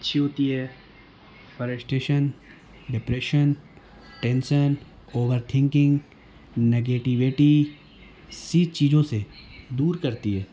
اچھی ہوتی ہے frustration depression tension over thinking negativity سی چیزوں سے دور کرتی ہے